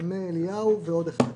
תלמי אליהו ושדה ניצן.